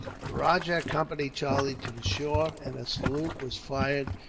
the rajah accompanied charlie to the shore, and a salute was fired,